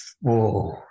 whoa